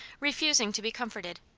refusing to be comforted.